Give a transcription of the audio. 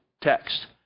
text